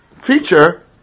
feature